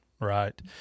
Right